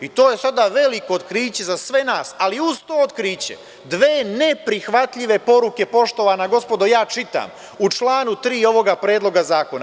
I, to je sada veliko otkriće za sve nas, alu uz to otkriće dve neprihvatljive poruke, poštovana gospodo, ja čitam u članu 3. ovog predloga zakona.